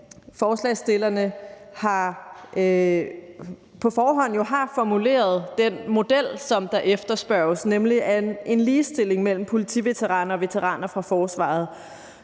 forslagsstillerne på forhånd har formuleret den model, som der efterspørges, nemlig en ligestilling mellem politiveteraner og veteraner fra forsvaret.